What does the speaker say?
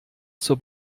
zur